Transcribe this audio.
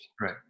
right